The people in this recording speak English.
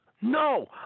no